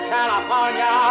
California